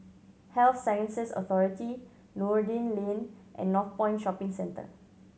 Health Sciences Authority Noordin Lane and Northpoint Shopping Centre